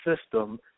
system